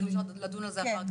אז נדון בזה אחר כך.